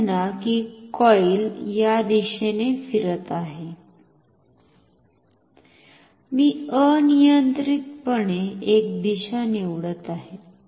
असे म्हणा की कॉईल या दिशेने फिरत आहे मी अनियंत्रितपणे एक दिशा निवडत आहे